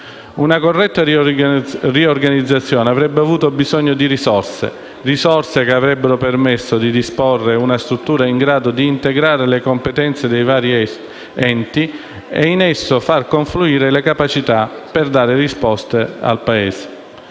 Una corretta riorganizzazione avrebbe avuto bisogno di risorse, che avrebbero permesso di disporre di una struttura in grado di integrare le competenze dei vari enti e di far confluire in essa le capacità per dare risposte al Paese.